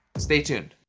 stay tuned!